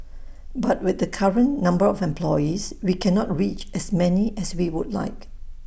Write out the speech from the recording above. but with the current number of employees we cannot reach as many as we would like